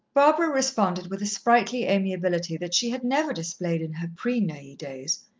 barbara responded with a sprightly amiability that she had never displayed in her pre-neuilly days,